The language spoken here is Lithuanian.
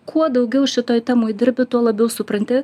kuo daugiau šitoj temoj dirbi tuo labiau supranti